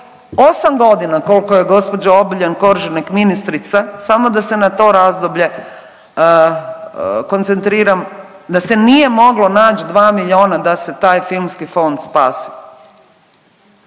ovih 8.g. kolko je gđa. Obuljen Koržinek ministrica, samo da se na to razdoblje koncentriram, da se nije moglo nać 2 milijuna da se taj filmski fond spasi.